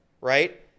right